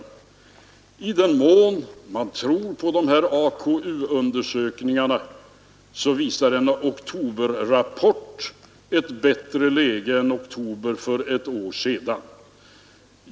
Oktoberrapporten från AKU-undersökningarna visar också ett bättre läge än vad som förelåg i oktober för ett år sedan.